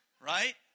Right